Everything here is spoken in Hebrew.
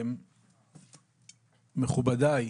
מכובדי,